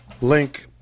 link